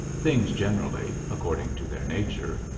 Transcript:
things generally, according to their nature,